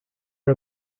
are